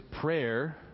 prayer